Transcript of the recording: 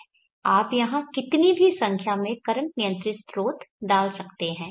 आप यहां कितनी भी संख्या में करंट नियंत्रित स्रोत डाल सकते हैं